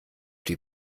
die